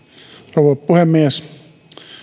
rouva puhemies